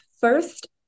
first